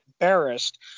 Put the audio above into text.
embarrassed